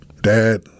dad